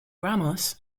ramos